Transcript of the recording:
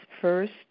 first